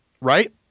right